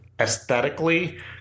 aesthetically